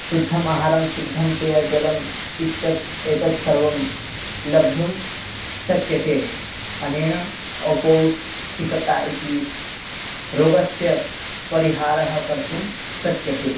शुद्धम् आहारं शुद्धं पेयजलम् इत्यत् एतत् सर्वं लब्धुं शक्यते अनेन अपौष्टिकता इति रोगस्य परिहारः कर्तुं शक्यते